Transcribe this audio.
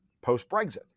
post-Brexit